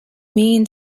mean